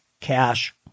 cash